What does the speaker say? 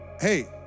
Hey